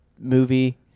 movie